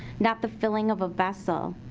not the filling of a vessel.